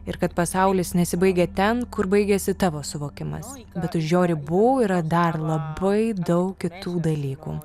ir kad pasaulis nesibaigia ten kur baigiasi tavo suvokimas bet už jo ribų yra dar labai daug kitų dalykų